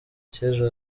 cy’ejo